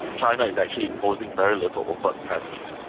china is actually imposing very little overt presence.